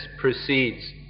proceeds